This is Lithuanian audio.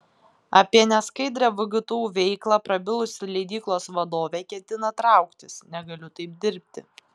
apie neskaidrią vgtu veiklą prabilusi leidyklos vadovė ketina trauktis negaliu taip dirbti